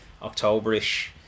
octoberish